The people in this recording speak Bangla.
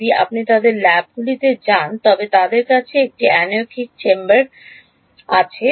যদি আপনি তাদের ল্যাবগুলিতে যান তবে তাদের কাছে এই অ্যানিকোয়িক চেম্বার রয়েছে